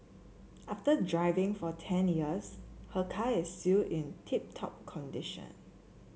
after driving for ten years her car is still in tip top condition